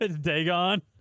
Dagon